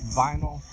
vinyl